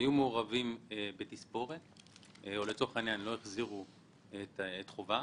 היו מעורבים בתספורת או לא החזירו את חובם,